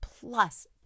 plus